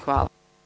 Hvala.